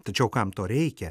tačiau kam to reikia